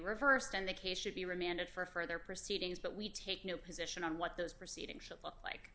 reversed and the case should be remanded for further proceedings but we take no position on what those proceedings should look like